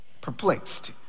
perplexed